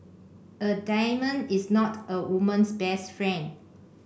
a diamond is not a woman's best friend